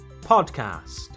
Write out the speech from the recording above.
podcast